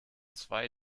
zwei